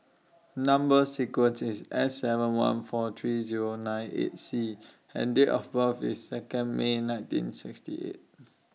Number sequence IS S seven one four three Zero nine eight C and Date of birth IS Second May nineteen sixty eight